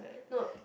no